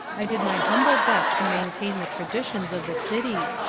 i did my humble best to maintain the traditions of the city,